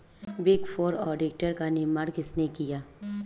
Big four auditor का निर्माण किसने किया?